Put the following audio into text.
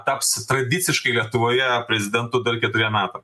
taps tradiciškai lietuvoje prezidentu dar keturiem metam